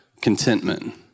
contentment